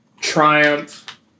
triumph